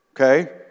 Okay